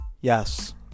yes